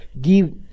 give